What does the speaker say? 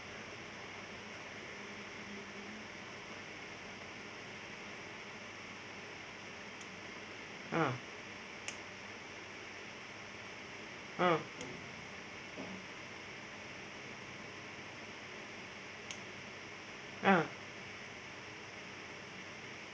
ah ah ah